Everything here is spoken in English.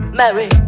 marry